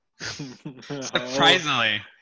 Surprisingly